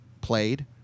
played